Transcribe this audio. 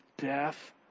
death